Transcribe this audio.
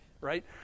right